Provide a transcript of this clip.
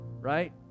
right